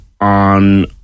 on